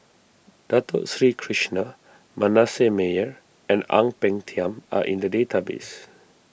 Dato Sri Krishna Manasseh Meyer and Ang Peng Tiam are in the database